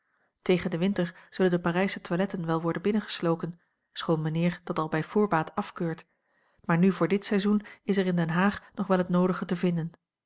tegen den winter zullen de parijsche toiletten wel worden binnengesloken schoon mijnheer dat al bij voorbaat afkeurt maar nu voor dit seizoen is er in den haag nog wel het noodige te vinden